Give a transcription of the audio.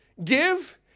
Give